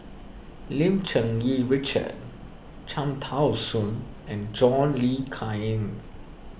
Lim Cherng Yih Richard Cham Tao Soon and John Le Cain